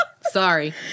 Sorry